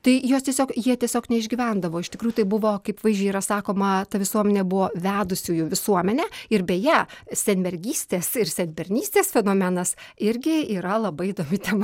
tai juos tiesiog jie tiesiog neišgyvendavo iš tikrųjų tai buvo kaip vaizdžiai yra sakoma ta visuomenė buvo vedusiųjų visuomenė ir beje senmergystės ir senbernystės fenomenas irgi yra labai įdomi tema